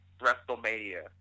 WrestleMania